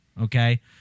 Okay